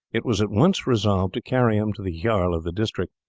it was at once resolved to carry him to the jarl of the district,